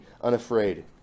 unafraid